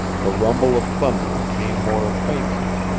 the rumble of thunder came more faintly.